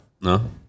No